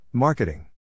Marketing